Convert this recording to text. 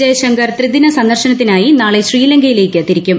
ജയശങ്കർ ത്രിദിന സന്ദർശനത്തിനായി നാളെ ശ്രീലങ്കയിലേക്ക് തിരിക്കും